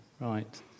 Right